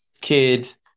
kids